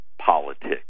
politics